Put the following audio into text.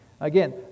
Again